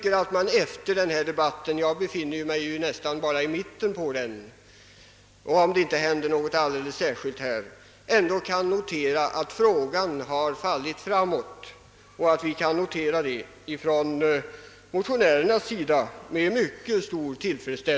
Efter denna debatt — jag befinner mig nästan bara i mitten på talarlistan — tycker jag att man, om inte något oförutsett inträffar, kan notera att frågan dock har fallit framåt, och det är en källa till stor tillfredsställelse för motionärerna.